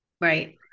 right